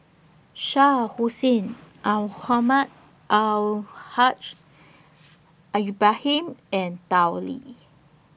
Shah Hussain Al Haj Ibrahim and Tao Li